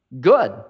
Good